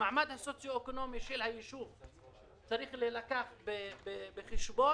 המעמד הסוציו-אקונומי של היישוב צריך להילקח בחשבון,